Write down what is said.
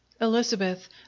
elizabeth